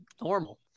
Normal